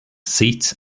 seat